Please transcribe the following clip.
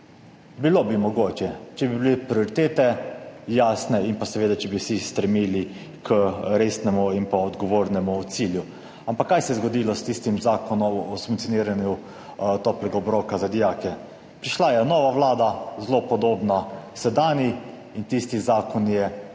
Bilo bi mogoče, če bi bile prioritete jasne in pa seveda, če bi vsi strmeli k resnemu in odgovornemu cilju. Ampak kaj se je zgodilo s tistim zakonom o subvencioniranju toplega obroka za dijake? Prišla je nova vlada, zelo podobna sedanji, in tisti zakon je ukinila.